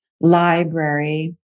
library